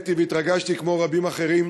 ונהניתי והתרגשתי כמו רבים אחרים,